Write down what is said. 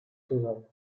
zusammen